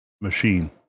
machine